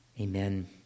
Amen